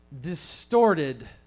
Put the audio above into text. distorted